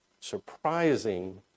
surprising